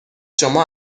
شما